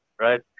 right